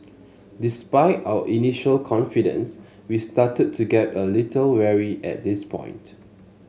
despite our initial confidence we started to get a little wary at this point